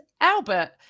Albert